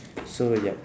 so yup